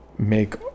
Make